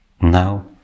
Now